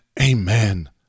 amen